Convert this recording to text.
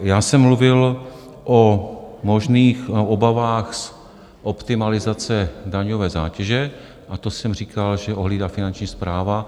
Já jsem mluvil o možných obavách z optimalizace daňové zátěže, a to jsem říkal, že ohlídá Finanční správa.